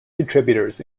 contributors